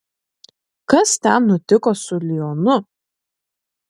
kas ten nutiko su lionu